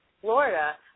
Florida